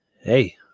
Hey